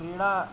क्रीडा